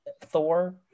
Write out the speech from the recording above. Thor